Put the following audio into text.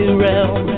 realm